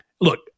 look